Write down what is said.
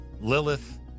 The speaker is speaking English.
Lilith